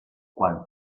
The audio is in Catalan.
quan